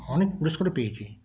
অনেক পুরস্কারও পেয়েছি